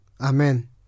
Amen